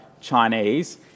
Chinese